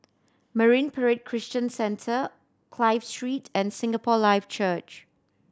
Marine Parade Christian Centre Clive Street and Singapore Life Church